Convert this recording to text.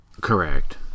Correct